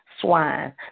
Swine